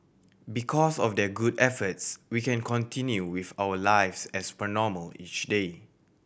because of their good efforts we can continue with our lives as per normal each day